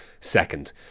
second